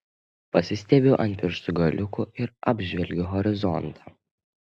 pasistiebiu ant pirštų galiukų ir apžvelgiu horizontą